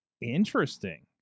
interesting